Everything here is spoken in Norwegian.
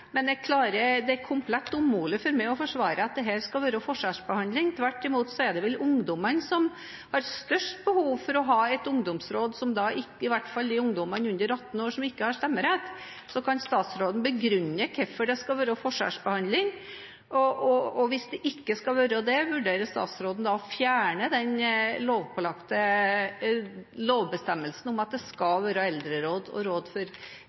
men det er komplett umulig for meg å forsvare at det skal være forskjellsbehandling. Det er ungdommene – i hvert fall ungdommene under 18 år, som ikke har stemmerett – som har størst behov for å ha et ungdomsråd. Kan statsråden begrunne hvorfor det skal være forskjellsbehandling? Og hvis det ikke skal være det, vurderer da statsråden å fjerne den lovpålagte bestemmelsen om at det skal være eldreråd og råd for